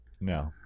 no